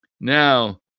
Now